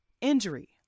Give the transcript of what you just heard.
injury